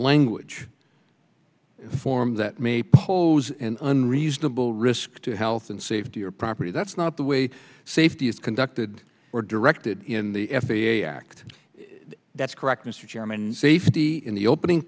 law anguage the form that may pose an unreasonable risk to health and safety or property that's not the way safety is conducted or directed in the f a a act that's correct mr chairman safety in the opening